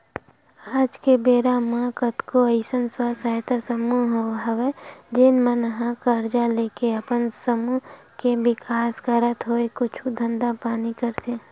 आज के बेरा म कतको अइसन स्व सहायता समूह हवय जेन मन ह करजा लेके अपन समूह के बिकास करत होय कुछु धंधा पानी करथे